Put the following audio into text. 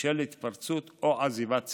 בשל התפרצות או עזיבת צוות,